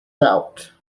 out